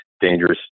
dangerous